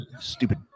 Stupid